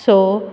स